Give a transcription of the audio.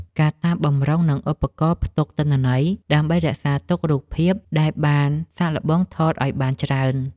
កាតាប បម្រុង និងឧបករណ៍ផ្ទុកទិន្នន័យ ដើម្បីរក្សាទុករូបភាពដែលបានសាកល្បងថតឱ្យបានច្រើន។